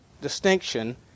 distinction